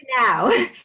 now